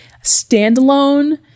standalone